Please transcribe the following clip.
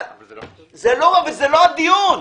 אבל זה לא הדיון.